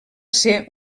ser